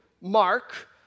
Mark